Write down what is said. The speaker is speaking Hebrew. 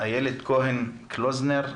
כהן קלוזנר,